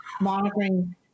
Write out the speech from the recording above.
monitoring